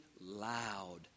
loud